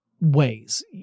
ways